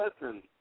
listen